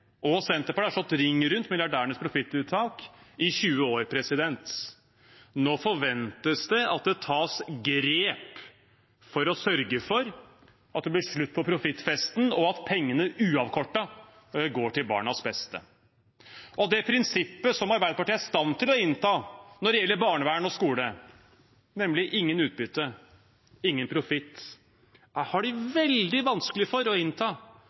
og Senterpartiet har slått ring rundt milliardærenes profittuttak i 20 år. Nå forventes det at det tas grep for å sørge for at det blir slutt på profittfesten, og at pengene uavkortet går til barnas beste. Det prinsippet som Arbeiderpartiet er i stand til å innta når det gjelder barnevern og skole, nemlig intet utbytte, ingen profitt, har de veldig vanskelig for å innta